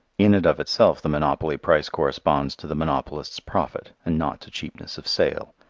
in and of itself the monopoly price corresponds to the monopolist's profit and not to cheapness of sale.